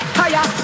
higher